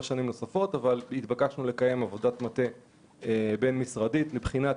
שנים נוספות ונתבקשנו לקיים עבודת מטה בין-משרדית מבחינת